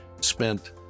spent